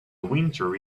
winter